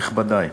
נכבדי,